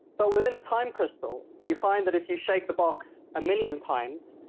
but within a time crystals, you find that if you shake the box a million times,